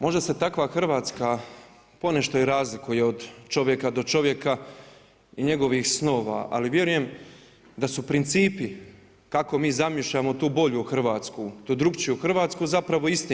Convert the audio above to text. Možda se takva Hrvatska ponešto i razlikuje od čovjeka do čovjeka i njegovih snova, ali vjerujem da su principi kako mi zamišljamo tu bolju Hrvatsku, tu drukčiju Hrvatsku zapravo isti.